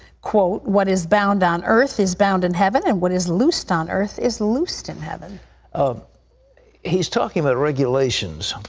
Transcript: quote, what is bound on earth is bound in heaven, and what is loosed on earth is loosed in heaven um he is talking about regulations.